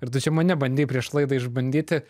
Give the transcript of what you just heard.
ir tu čia mane bandei prieš laidą išbandyti